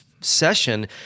session